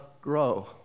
grow